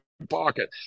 Pocket